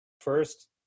First